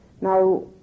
Now